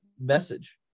message